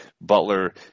Butler